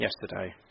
yesterday